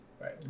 right